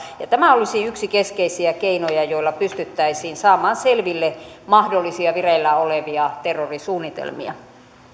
tämä olisi yksi keskeisiä keinoja jolla pystyttäisiin saamaan selville mahdollisia vireillä olevia terrorisuunnitelmia